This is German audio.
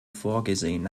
vorgesehen